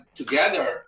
together